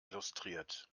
illustriert